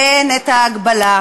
אין את ההגבלה.